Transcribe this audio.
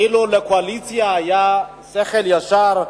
אילו לקואליציה היה שכל ישר,